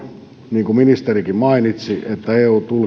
niin kuin ministerikin mainitsi että eu